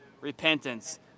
repentance